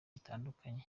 bitandukanye